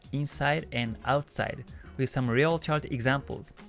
inside, and outside with some real chat examples.